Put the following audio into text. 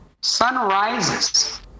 Sunrises